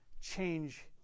change